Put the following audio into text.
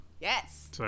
yes